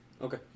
Okay